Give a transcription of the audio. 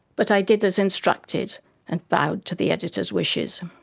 but i did as instructed and bowed to the editor's wishes.